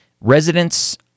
Residents